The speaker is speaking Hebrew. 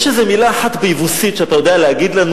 יש איזה מלה אחת ביבוסית שאתה יודע להגיד לנו?